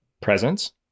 presence